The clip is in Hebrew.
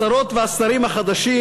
השרות והשרים החדשים,